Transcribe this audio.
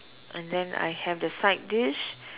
and then I have the side dish